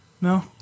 No